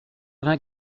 vingt